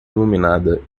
iluminada